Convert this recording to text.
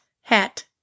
hat